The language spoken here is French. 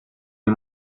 des